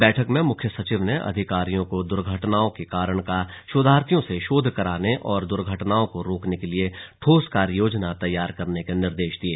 बैठक में मुख्य सचिव ने अधिकारियों को दर्घटनाओं के कारणों का शोधार्थियों से शोध कराने और दुर्घटनाओं को र्रोकने के लिए ठोस कार्ययोजना तैयार करने के निर्देश दिये